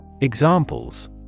Examples